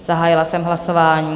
Zahájila jsem hlasování.